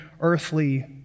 earthly